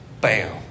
Bam